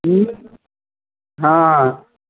हूँ हँ